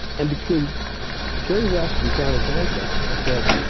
and between jerry west and jon urbanchek, i said,